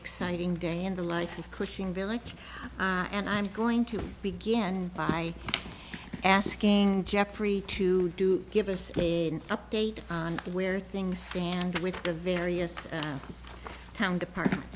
exciting day in the life of cushing village and i'm going to begin by asking jeffrey to do give us an update on where things stand with the various town department